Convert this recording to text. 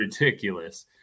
Ridiculous